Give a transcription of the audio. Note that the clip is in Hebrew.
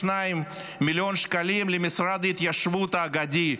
302 מיליון שקלים למשרד ההתיישבות האגדי,